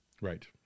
Right